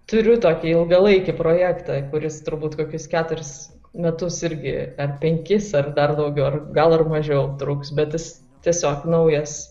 turiu tokį ilgalaikį projektą kuris turbūt kokius keturis metus irgi ar penkis ar dar daugiau gal ir mažiau truks bet jis tiesiog naujas